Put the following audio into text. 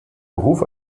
beruf